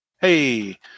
Hey